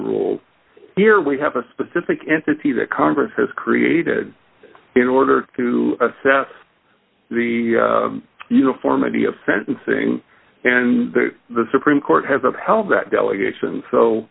rules here we have a specific entity that congress has created in order to assess the uniformity of sentencing and the supreme court has